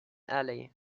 alley